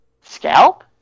Scalp